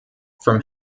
from